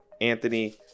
Anthony